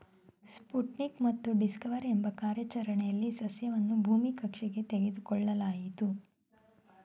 Sputnik ಮತ್ತು Discover ಎಂಬ ಕಾರ್ಯಾಚರಣೆಲಿ ಸಸ್ಯವನ್ನು ಭೂಮಿ ಕಕ್ಷೆಗೆ ತೆಗೆದುಕೊಳ್ಳಲಾಯ್ತು